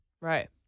Right